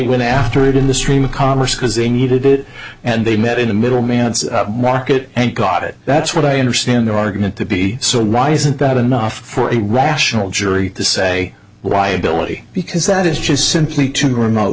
went after it in the stream of commerce because they needed it and they met in a middleman market and got it that's what i understand their argument to be so why isn't that enough for a rational jury to say liability because that is just simply to go remote